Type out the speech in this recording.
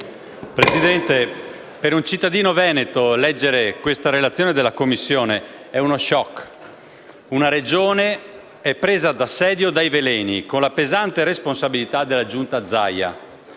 Presidente, per un cittadino veneto leggere la relazione della Commissione è uno *shock*: una Regione è presa d'assedio dai veleni, con la pesante responsabilità della Giunta Zaia.